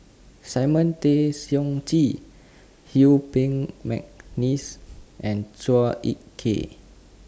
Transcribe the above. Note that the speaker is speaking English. Simon Tay Seong Chee Peng Mcneice and Chua Ek Kay